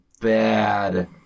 bad